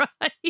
right